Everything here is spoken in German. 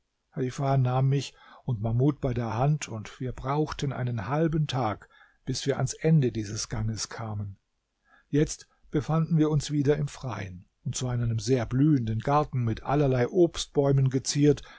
heifa nahm mich und mahmud bei der hand und wir brauchten einen halben tag bis wir ans ende dieses ganges kamen jetzt befanden wir uns wieder im freien und zwar in einem sehr blühenden garten mit allerlei obstbäumen geziert